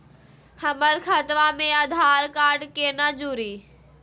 हमर खतवा मे आधार कार्ड केना जुड़ी?